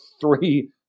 three